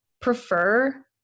prefer